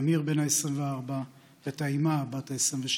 אמיר, בן 24 ותימאא, בת 22,